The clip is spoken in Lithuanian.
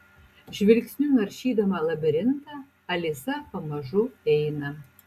žvilgsniu naršydama labirintą alisa pamažu eina